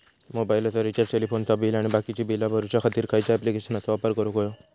मोबाईलाचा रिचार्ज टेलिफोनाचा बिल आणि बाकीची बिला भरूच्या खातीर खयच्या ॲप्लिकेशनाचो वापर करूक होयो?